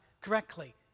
correctly